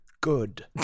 good